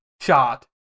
shot